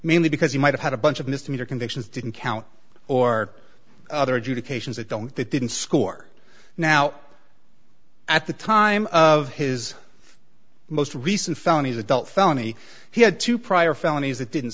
mainly because he might have had a bunch of misdemeanor convictions didn't count or other educations that don't they didn't score now at the time of his most recent felonies adult felony he had two prior felonies that didn't